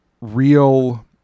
real